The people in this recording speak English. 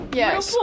yes